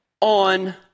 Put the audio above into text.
on